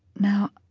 now,